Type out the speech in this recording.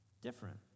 different